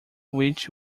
which